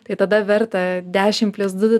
tai tada verta dešimt plius du